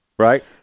right